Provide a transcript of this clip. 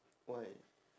why